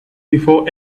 before